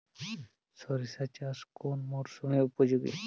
সরিষা চাষ কোন মরশুমে উপযোগী?